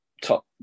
top